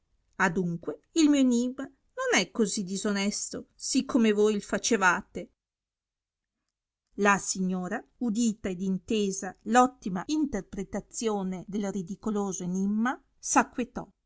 adunque il mio enimma non è così disonesto sì come voi il facevate la signora udita ed intesa l ottima interpretazione del ridicoloso enimma